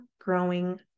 growing